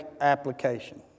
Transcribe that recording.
application